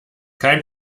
kein